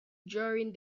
during